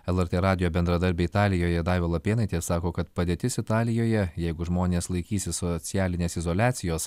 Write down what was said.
lrt radijo bendradarbė italijoje daiva lapėnaitė sako kad padėtis italijoje jeigu žmonės laikysis socialinės izoliacijos